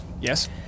Yes